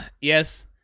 Yes